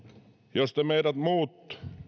jos te muut